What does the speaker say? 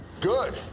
Good